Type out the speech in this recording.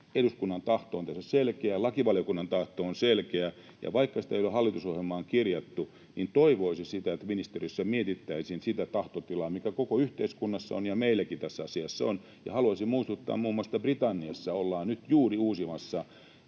Eduskunnan tahto on tässä selkeä, lakivaliokunnan tahto on selkeä, ja vaikka sitä ei ole hallitusohjelmaan kirjattu, niin toivoisin, että ministeriössä mietittäisiin sitä tahtotilaa, mikä koko yhteiskunnassa ja meilläkin tässä asiassa on. Ja haluaisin muistuttaa, että muun muassa Britanniassa ollaan nyt juuri korjaamassa